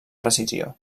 precisió